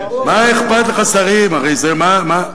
מה אכפת לך שרים, הרי זה, אני פה.